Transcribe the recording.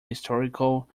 historical